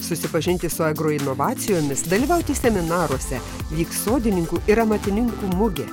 susipažinti su agroinovacijomis dalyvauti seminaruose vyks sodininkų ir amatininkų mugė